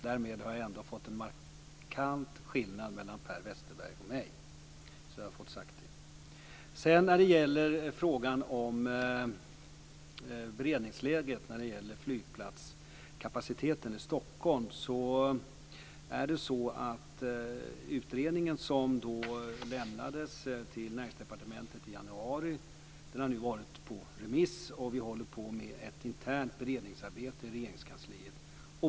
Därmed har jag ändå fått en markant skillnad mellan Per Westerberg och mig. Så har jag fått det sagt. När det gäller beredningsläget beträffande flygplatskapaciteten i Stockholm lämnades utredningen till Näringsdepartementet i januari. Den har nu varit på remiss. Vi håller på med ett internt beredningsarbete i Regeringskansliet.